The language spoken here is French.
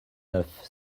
neuf